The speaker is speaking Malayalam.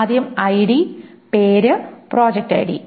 ആദ്യം ഐഡി പേര് പ്രൊജക്റ്റ് ഐഡി